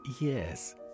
Yes